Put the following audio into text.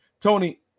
Tony